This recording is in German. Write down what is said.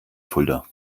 fulda